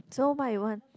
so what you want